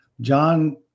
John